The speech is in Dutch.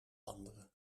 andere